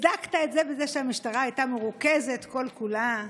והצדקת את זה בזה שהמשטרה הייתה מרוכזת כל-כולה,